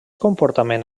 comportament